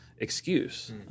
excuse